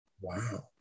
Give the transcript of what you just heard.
Wow